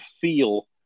feel